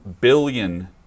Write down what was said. billion